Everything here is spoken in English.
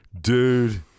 dude